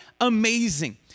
amazing